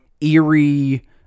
eerie